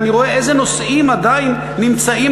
ואני רואה איזה נושאים עדיין נמצאים